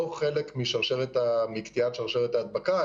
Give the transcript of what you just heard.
לא חלק מקטיעת שרשרת ההדבקה,